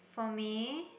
for me